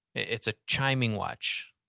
it's a chiming watch,